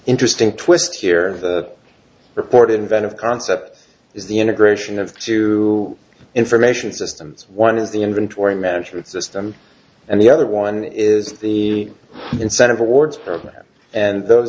interesting twist here the report inventive concept is the integration of two information systems one is the inventory management system and the other one is the incentive rewards program and those